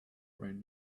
right